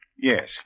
yes